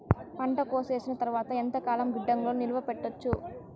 పంట కోసేసిన తర్వాత ఎంతకాలం గిడ్డంగులలో నిలువ పెట్టొచ్చు?